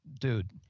dude